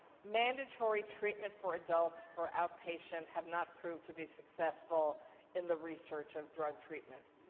mandatory treatment for adults for outpatient have not proved to be successful in the research of drug treatment.